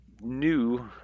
new